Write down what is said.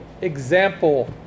example